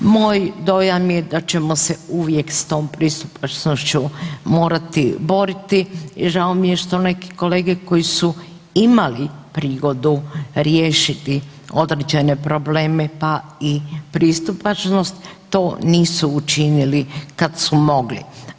Moj dojam je da ćemo se uvijek s tom pristupačnošću morati boriti, žao mi je što neki kolege koji su imali prigodu riješiti određene probleme pa i pristupačnost, to nisu učinili kad su mogli.